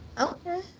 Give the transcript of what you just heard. Okay